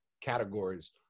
categories